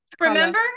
remember